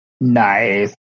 Nice